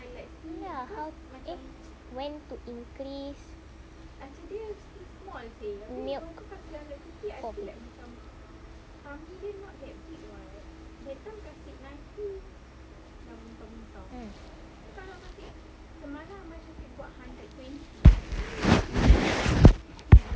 ya how eh when to increase milk